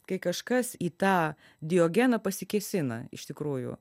kai kažkas į tą diogeną pasikėsina iš tikrųjų